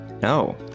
No